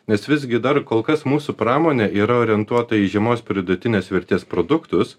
nes visgi dar kol kas mūsų pramonė yra orientuota į žemos pridėtinės vertės produktus